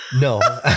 No